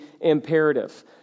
imperative